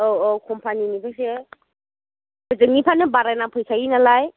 औ औ कम्फानिनिफ्रायसो होजोंनिफ्रायनो बारायना फैखायो नालाय